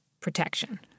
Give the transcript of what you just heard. protection